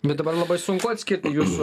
bet dabar labai sunku atskirti jūsų